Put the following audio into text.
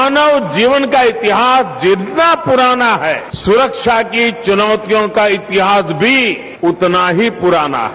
मानव जीवन का इतिहास जितना पुराना है सुरक्षा की चुनौतियों का इतिहास भी उतना ही पुराना है